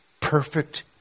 perfect